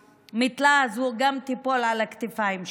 והמטלה הזאת גם תיפול על הכתפיים שלהן.